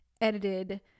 edited